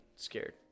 Scared